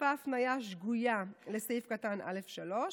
הוספה הפניה שגויה לסעיף קטן (א3).